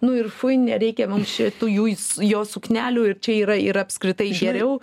nu ir fui nereikia mums šitų jūs jo suknelių ir čia yra ir apskritai geriau